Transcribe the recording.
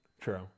true